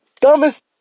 Dumbest